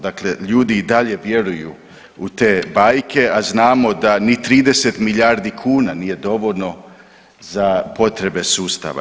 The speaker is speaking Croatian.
Dakle ljudi i dalje vjeruju u te bajke, a znamo da ni 30 milijardi kuna nije dovoljno za potrebe sustava.